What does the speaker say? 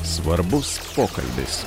svarbus pokalbis